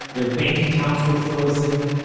their bank accounts were frozen,